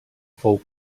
fou